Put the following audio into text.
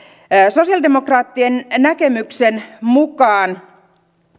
sosialidemokraattien näkemyksen mukaan